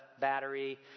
battery